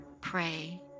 pray